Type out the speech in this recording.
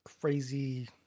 crazy